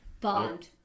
Bond